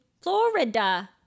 Florida